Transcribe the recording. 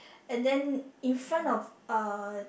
and then in front of uh